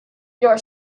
your